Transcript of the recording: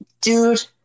Dude